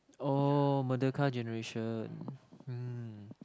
oh Merdeka generation mm